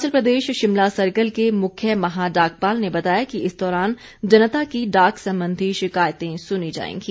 Himachal Pradesh Shimla circle के मुख्य महा डाकपाल ने बताया कि इस दौरान जनता की डाक संबंधी शिकायतें सुनी जाएंगी